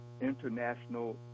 International